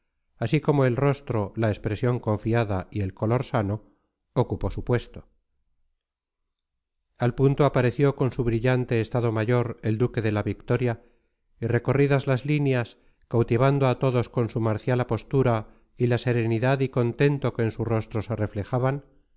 así como el rostro la expresión confiada y el color sano ocupó su puesto al punto apareció con su brillante estado mayor el duque de la victoria y recorridas las líneas cautivando a todos con su marcial apostura y la serenidad y contento que en su rostro se reflejaban